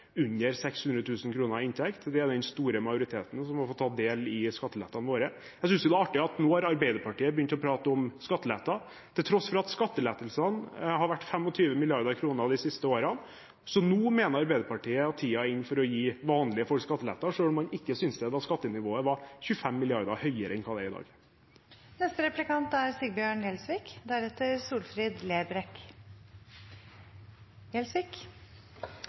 under 600 000 kr i inntekt, det er den store majoriteten som har fått tatt del i skattelettelsene våre. Jeg synes det er artig at Arbeiderpartiet nå har begynt å prate om skattelette, til tross for at skattelettelsene har vært 25 mrd. kr de siste årene. Nå mener Arbeiderpartiet at tiden er inne for å gi vanlige folk skattelettelser, selv om man ikke syntes det da skattenivået var 25 mrd. kr høyere enn det er i dag. Det er